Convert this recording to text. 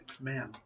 Man